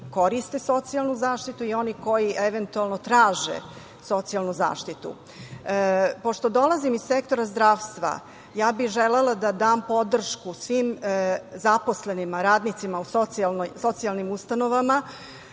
koriste socijalnu zaštitu i oni koji eventualno traže socijalnu zaštitu. Pošto dolazim iz sektora zdravstva ja bih želela da dam podršku svim zaposlenim radnicima u socijalnim ustanovama,